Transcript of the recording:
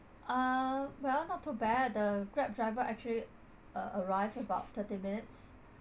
uh well not too bad the grab driver actually a~ arrived about thirty minutes